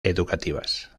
educativas